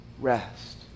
rest